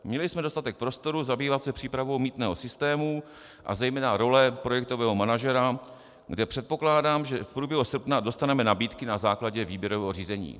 Měli jsme dostatek prostoru zabývat se přípravou mýtného systému a zejména role projektového manažera, kde předpokládám, že v průběhu srpna dostaneme nabídky na základě výběrového řízení.